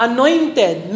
Anointed